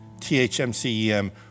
T-H-M-C-E-M